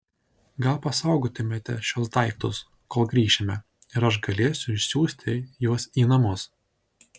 gal pasaugotumėte šiuos daiktus kol grįšime ir aš galėsiu išsiųsti juos į namus